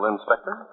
Inspector